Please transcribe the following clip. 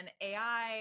AI